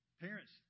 Parents